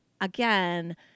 again